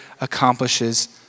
accomplishes